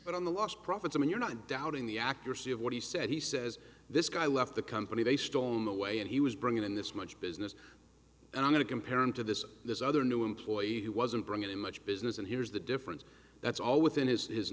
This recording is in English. but on the last profits and you're not doubting the accuracy of what he said he says this guy left the company based on the way and he was bringing in this much business and i'm going to compare him to this this other new employee who wasn't bringing in much business and here's the difference that's all within his is